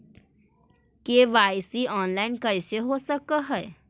KYC online कैसे हो सक है?